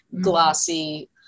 glossy